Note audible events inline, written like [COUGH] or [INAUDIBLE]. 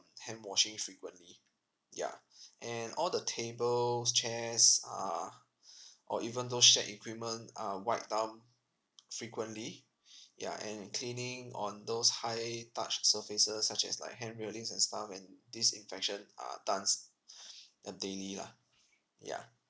handwashing frequently yeah [BREATH] and all the tables chairs are [BREATH] or even those shared equipment are wiped down frequently [BREATH] ya and cleaning on those high touch surfaces such as like handrailings and stuff and disinfection are done s~ [NOISE] uh daily lah yeah